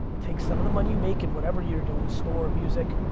take some of the money you make and whatever you're doing, the store, music.